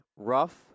Rough